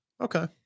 Okay